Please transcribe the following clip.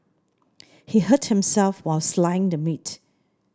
he hurt himself while slicing the meat